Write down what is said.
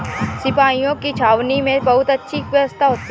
सिपाहियों की छावनी में बहुत अच्छी व्यवस्था होती है